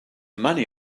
money